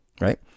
right